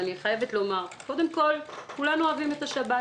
אני חייבת לומר קודם כול, כולנו אוהבים את השבת.